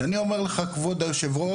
שאני אומר לך כבוד היושב-ראש,